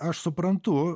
aš suprantu